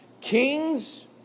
kings